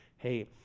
Hey